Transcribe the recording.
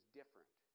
different